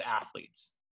athletes